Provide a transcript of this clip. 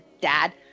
dad